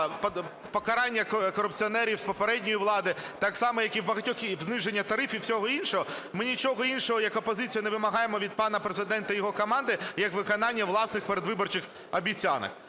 покарання корупціонерів з попередньої влади, так само, як і в багатьох… зниження тарифів і всього іншого, ми нічого іншого як опозиція не вимагаємо від пана Президента і його команди, як виконання власних передвиборчих обіцянок.